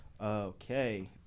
okay